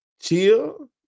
chill